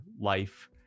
Life